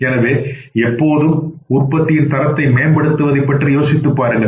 எனவே எப்பொழுதும் உற்பத்தியின் தரத்தை மேம்படுத்துவதைப் பற்றி யோசித்துப் பாருங்கள்